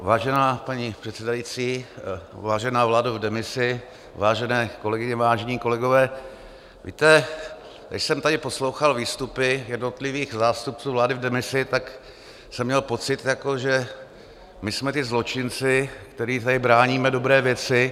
Vážená paní předsedající, vážená vládo v demisi, vážené kolegyně, vážení kolegové, víte, když jsem tady poslouchal výstupy jednotlivých zástupců vlády v demisi, tak jsem měl pocit, že my jsme ti zločinci, kteří tady bráníme dobré věci.